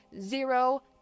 Zero